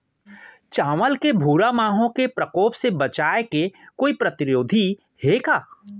चांवल के भूरा माहो के प्रकोप से बचाये के कोई प्रतिरोधी हे का?